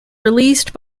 released